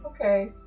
Okay